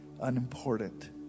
unimportant